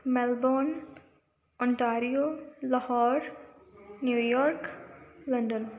Melbourne Ontario Lahore New York London